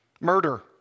murder